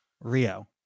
Rio